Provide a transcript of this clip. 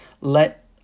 Let